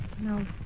No